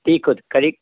tick तर्हि